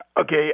okay